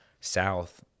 south